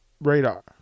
radar